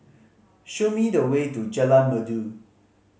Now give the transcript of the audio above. show me the way to Jalan Merdu